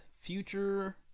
Future